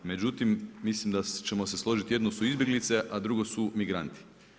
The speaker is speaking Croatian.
Međutim, mislim da ćemo složiti, jedno su izbjeglice a drugo su migranti.